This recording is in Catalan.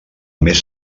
mes